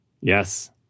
Yes